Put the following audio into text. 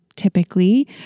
typically